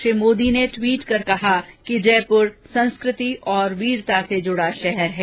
श्री मोदी ने ट्वीट कर कहा कि जयपुर संस्कृति और वीरता से जुड़ा शहर है